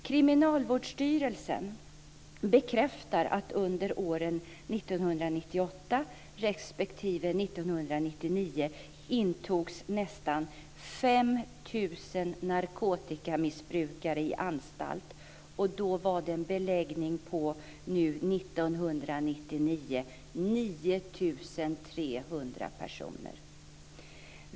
Kriminalvårdsstyrelsen bekräftar att nästan 5 000 1998 respektive 1999, och 1999 var det då en beläggning på 9 300 personer.